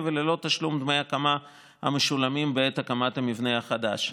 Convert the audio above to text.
וללא תשלום דמי הקמה המשולמים בעת הקמת המבנה החדש.